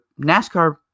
NASCAR